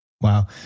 Wow